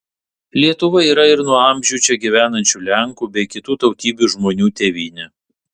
lietuva yra ir nuo amžių čia gyvenančių lenkų bei kitų tautybių žmonių tėvynė